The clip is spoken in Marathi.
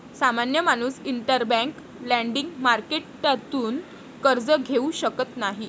सामान्य माणूस इंटरबैंक लेंडिंग मार्केटतून कर्ज घेऊ शकत नाही